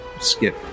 skip